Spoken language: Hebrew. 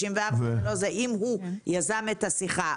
אם הוא יזם את השיחה,